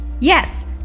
Yes